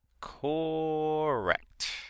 Correct